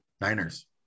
Niners